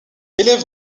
élève